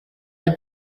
had